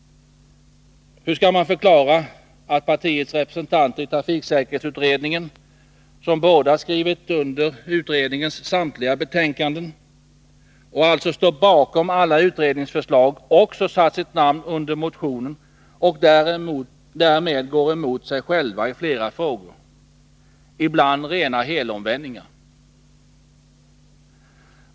Hur skall man förklara att partiets representanter i trafiksäkerhetsutredningen, som båda har skrivit under utredningens samtliga betänkanden och alltså står bakom alla utredningsförslag, också har satt sina namn under motionen och därmed går emot sig själva i flera frågor? Ibland är det fråga om rena helomvändningar.